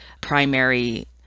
primary